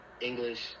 English